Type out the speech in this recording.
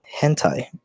hentai